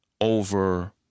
Over